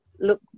look